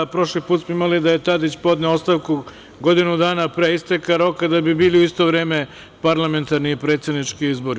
Prošli put smo imali da je Tadić podneo ostavku godinu dana pre isteka roka da bi bili u isto vreme parlamentarni i predsednički izbori.